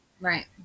Right